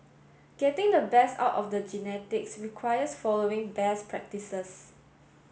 getting the best out of the genetics requires following best practices